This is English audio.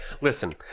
Listen